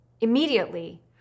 Immediately